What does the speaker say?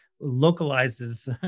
localizes